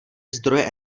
zdroje